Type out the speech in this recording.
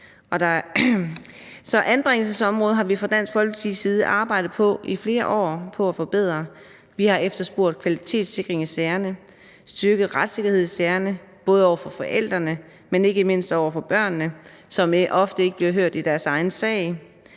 anbringelsesområdet har vi fra Dansk Folkepartis side i flere år arbejdet på at forbedre. Vi har efterspurgt kvalitetssikring i sagerne og styrket retssikkerhed i sagerne – både over for forældrene, men ikke mindst over for børnene, som ofte ikke bliver hørt i deres egen sag.